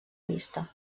vista